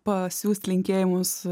pasiųst linkėjimus